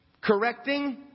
correcting